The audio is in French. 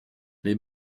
les